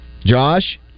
Josh